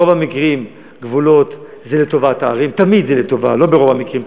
גבולות, תמיד זה לטובת הערים.